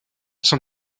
son